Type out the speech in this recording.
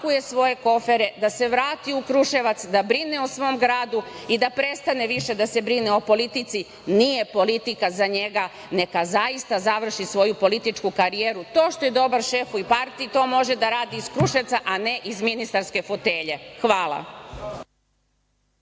da se vrati u Kruševac, da brine o svom gradu i da prestane više da se brine o politici. Nije politika za njega, neka zaista završi svoju političku karijeru. To što je dobar šefu i partiji, to može da radi iz Kruševca, a ne iz ministarske fotelje. Hvala.